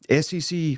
SEC